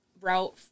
route